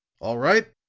all right.